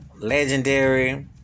legendary